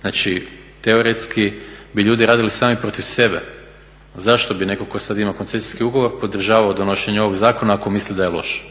Znači teoretski bi ljudi radili sami protiv sebe. Zašto bi netko tko sada ima koncesijski ugovor podržavao donošenje ovog zakona ako misli da je loš?